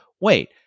Wait